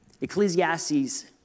Ecclesiastes